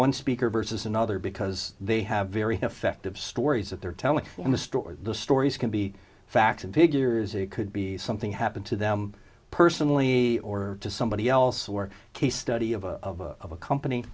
one speaker versus another because they have very effective stories that they're telling in the store the stories can be facts and figures it could be something happened to them personally or to somebody else or case study of a of a company